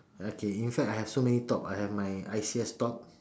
okay in fact I have so many top I have my I_C_S top